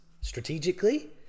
Strategically